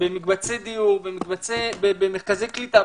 במקבצי דיור, במרכזי קליטה.